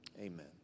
Amen